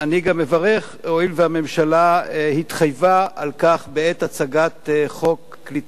הואיל והממשלה התחייבה על כך בעת הצגת חוק קליטת חיילים משוחררים,